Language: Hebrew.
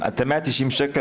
את ה- 190 שקל.